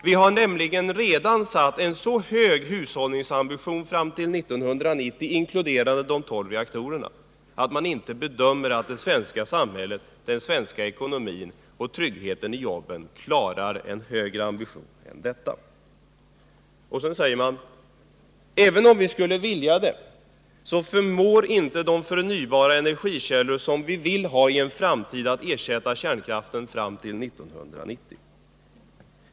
Vi har nämligen redan satt upp en så hög hushållningsambition fram till 1990, inkluderande de tolv reaktorerna, att utredningen bedömer det så att det svenska samhället, den svenska ekonomin och 31 tryggheten i jobben inte klarar en högre ambition än denna. Utredningen säger vidare att även om vi skulle vilja det, så förmår inte de förnybara energikällor som vi vill ha i en framtid att ersätta kärnkraften fram till 1990.